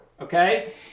okay